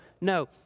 No